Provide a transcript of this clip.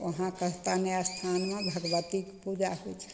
हुआँ कात्यायने अस्थानमे भगवतीके पूजा होइ छनि